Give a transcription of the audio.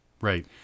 Right